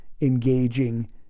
engaging